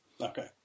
Okay